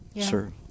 Sure